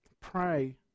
Pray